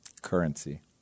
Currency